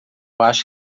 acho